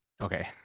Okay